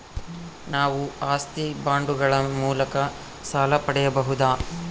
ನಾವು ಆಸ್ತಿ ಬಾಂಡುಗಳ ಮೂಲಕ ಸಾಲ ಪಡೆಯಬಹುದಾ?